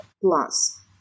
plus